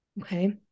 okay